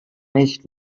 nicht